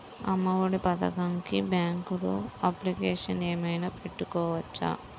అమ్మ ఒడి పథకంకి బ్యాంకులో అప్లికేషన్ ఏమైనా పెట్టుకోవచ్చా?